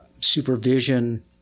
supervision